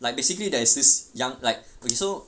like basically there is this young like we so